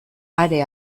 are